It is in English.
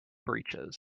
breeches